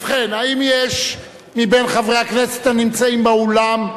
ובכן, האם יש, מבין חברי הכנסת הנמצאים באולם,